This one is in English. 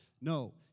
No